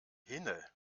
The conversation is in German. hinne